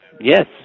Yes